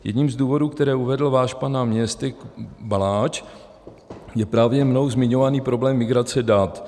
Jedním z důvodů, které uvedl váš pan náměstek Baláč, je právě mnou zmiňovaný problém migrace dat.